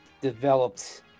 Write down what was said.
developed